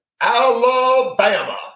Alabama